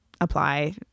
apply